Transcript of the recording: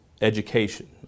education